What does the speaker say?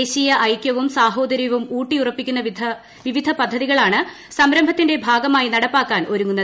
ദേശീയ ഐകൃവും സാഹോദരൃവും ഉൌട്ടിയു്റപ്പിക്കുന്ന വിവിധ പദ്ധതികളാണ് സംരംഭത്തിന്റെ ഭാഗ്മായി നടപ്പാക്കാൻ ഒരുങ്ങുന്നത്